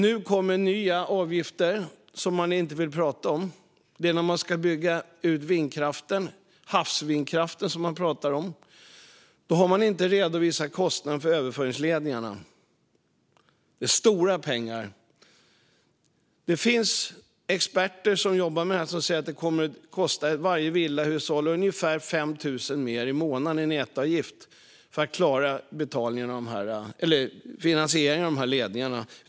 Nu kommer nya avgifter som man inte vill prata om. Det handlar om att man ska bygga ut vindkraften, havsvindkraften. Där har man inte redovisat kostnaden för överföringsledningarna. Det är stora pengar. Det finns experter som säger att det kommer att kosta varje villahushåll ungefär 5 000 mer i månaden i nätavgift att finansiera dessa ledningar.